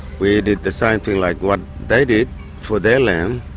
we did the same thing like what they did for their land,